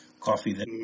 coffee